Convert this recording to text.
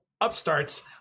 upstarts